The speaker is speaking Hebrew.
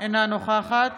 אינה נוכחת